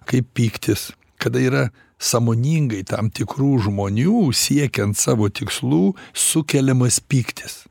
kaip pyktis kada yra sąmoningai tam tikrų žmonių siekiant savo tikslų sukeliamas pyktis